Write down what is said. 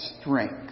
strength